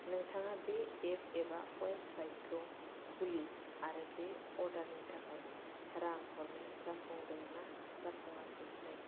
नोंथाङा बे एप एबा वेबसाइटखौ खुलि आरो बे अर्डारनि थाखाय रां हरनाया जाफुंदों ना जाफुङाखै नाय